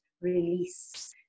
release